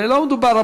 ולא מדובר,